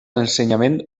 l’ensenyament